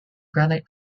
granite